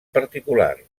particular